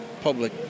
public